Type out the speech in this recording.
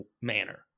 manner